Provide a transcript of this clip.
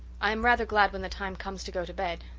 i am rather glad when the time comes to go to bed,